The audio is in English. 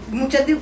muchas